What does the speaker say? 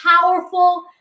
powerful